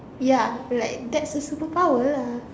ya like that's a superpower lah